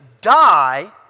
die